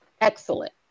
excellent